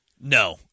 No